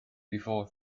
before